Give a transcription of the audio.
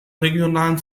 regionalen